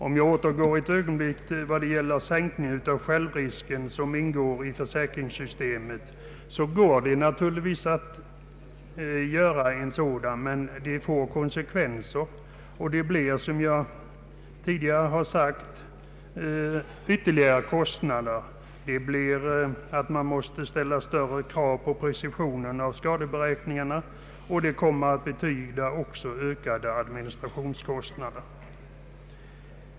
Låt mig för ett ögonblick återgå till sänkningen av den självrisk som ingår i försäkringssystemet. Man kan naturligtvis sänka självrisken, men detta får konsekvenser. Det blir ytterligare kostnader, och dessutom måste man ställa ökade krav på precisionen i skadeberäkningarna, vilket kommer att medföra ökade administrationskostnader.